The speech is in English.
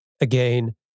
again